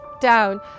down